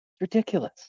ridiculous